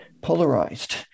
polarized